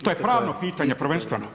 To je pravno pitanje, prvenstveno.